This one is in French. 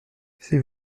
c’est